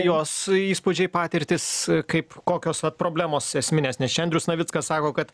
jos įspūdžiai patirtys kaip kokios vat problemos esminės nes čia andrius navickas sako kad